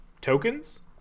tokens